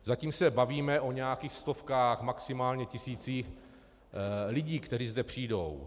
Zatím se bavíme o nějakých stovkách, maximálně tisících lidí, kteří přijdou.